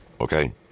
okay